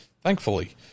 thankfully